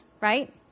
right